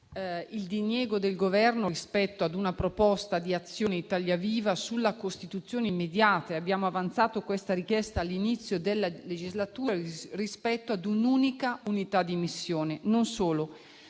il diniego del Governo rispetto a una proposta di Azione-Italia Viva sulla costituzione immediata - una richiesta che abbiamo avanzato all'inizio della legislatura - rispetto a un'unica unità di missione. Non solo.